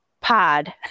pod